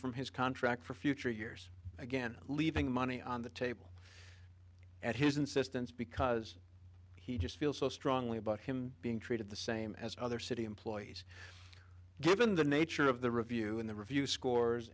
from his contract for future years again leaving money on the table at his insistence because he just feels so strongly about him being treated the same as other city employees given the nature of the review and the review scores